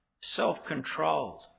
self-controlled